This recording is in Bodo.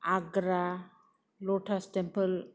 आग्रा लटास टेम्पोल